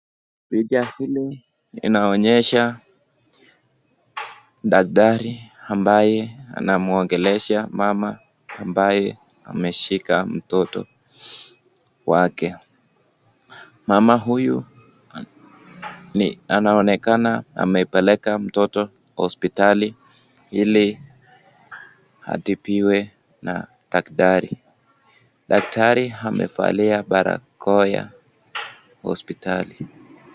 Picha hili linaonyesha daktari ambaye anamuongelesha mama ambaye ameshika mtoto wake. Mama huyu ni anaonekana amepeleka mtoto hospitali ili atibiwe na daktari. Daktari amevalia barakoa ya hospitali.